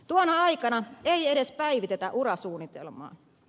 tuona aikana ei edes päivitetä urasuunnitelmaa